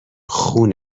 خون